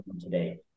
today